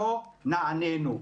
לא נענינו.